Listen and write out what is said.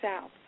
south